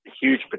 huge